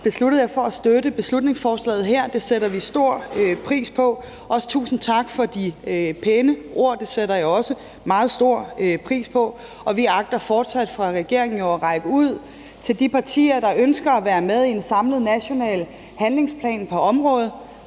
besluttede sig for at støtte beslutningsforslaget her. Det sætter vi stor pris på. Også tusind tak for de pæne ord. Det sætter jeg også meget stor pris på. Vi agter fortsat fra regeringens side at række ud til de partier, der ønsker at være med i en samlet national handlingsplan på området